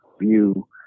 view